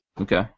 Okay